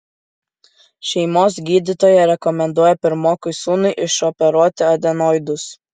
šeimos gydytoja rekomenduoja pirmokui sūnui išoperuoti adenoidus